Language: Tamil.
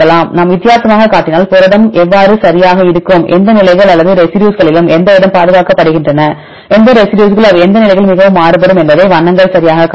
நாம் வித்தியாசமாகக் காட்டினால் புரதம் எவ்வாறு சரியாக இருக்கும் எந்த நிலைகள் அல்லது ரெசிடியூஸ்களில் எந்த இடம் பாதுகாக்கப்படுகின்றன எந்த ரெசிடியூஸ்கள் அவை எந்த நிலைகளில் மிகவும் மாறுபடும் என்பதை வண்ணங்கள் சரியாகக் காணலாம்